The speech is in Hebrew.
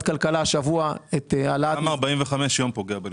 הכלכלה את העלאת --- גם העלאת 45 ימים פוגע בלקוחות.